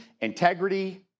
integrity